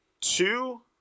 two